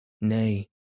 Nay